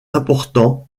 important